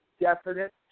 definite